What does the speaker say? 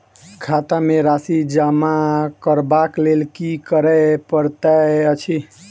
खाता मे राशि जमा करबाक लेल की करै पड़तै अछि?